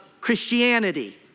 Christianity